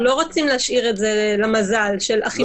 אנחנו לא רוצים להשאיר את זה למזל של אכיפה,